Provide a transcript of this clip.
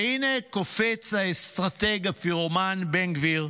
והינה קופץ האסטרטג, הפירומן בן גביר: